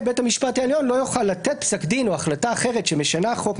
בית המשפט העליון לא יוכל לתת פסק דין או החלטה אחרת שמשנה חוק,